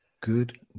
good